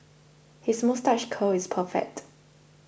his moustache curl is perfect